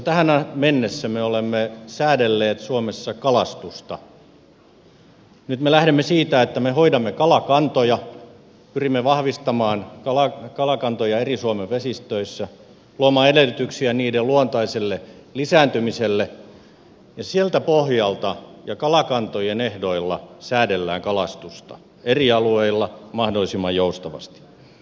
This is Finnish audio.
tähän mennessä me olemme säädelleet suomessa kalastusta nyt me lähdemme siitä että me hoidamme kalakantoja pyrimme vahvistamaan kalakantoja suomen eri vesistöissä luomaan edellytyksiä niiden luontaiselle lisääntymiselle ja siltä pohjalta ja kalakantojen ehdoilla säädellään kalastusta eri alueilla mahdollisimman joustavasti